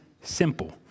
simple